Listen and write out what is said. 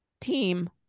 team